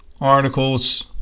articles